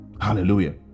Hallelujah